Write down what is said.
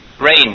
rain